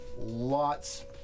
lots